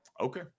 Okay